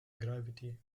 gravity